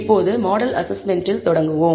இப்போது மாடல் அசஸ்மெண்ட்டில் தொடங்குவோம்